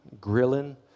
grilling